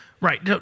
Right